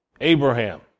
Abraham